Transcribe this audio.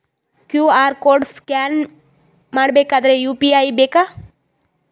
QR code scan ಮಾಡಬೇಕಾದರೆ UPI ಬೇಕಾ?